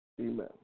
Amen